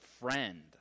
friend